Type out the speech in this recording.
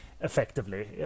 effectively